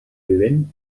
vivent